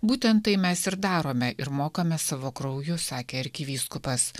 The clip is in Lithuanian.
būtent tai mes ir darome ir mokame savo krauju sakė arkivyskupas